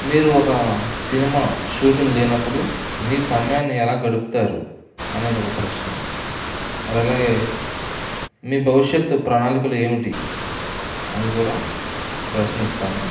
మీరు ఒక cinema shooting లేనప్పుడు మీ సమయాన్ని ఎలా గడుపుతారు అనేది ఒక ప్రశ్న మరి అలాగే మీ భవిష్యత్తు ప్రణాళికలు ఏమిటి అని కూడా ప్రశ్నిస్తాను